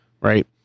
right